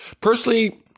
personally